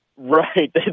Right